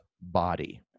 body